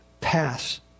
pass